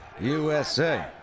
USA